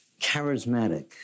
charismatic